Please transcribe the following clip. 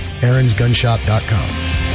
aaronsgunshop.com